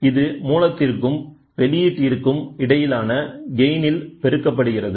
இது மூலத்திற்கும் வெளியீட்டிற்கும் இடையிலான கெயின் ஆல் பெருக்கப்படுகிறது